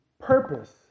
purpose